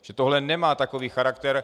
Že tohle nemá takový charakter.